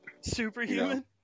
superhuman